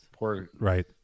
Right